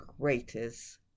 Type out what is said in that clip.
greatest